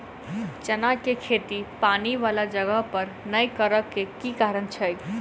चना केँ खेती पानि वला जगह पर नै करऽ केँ के कारण छै?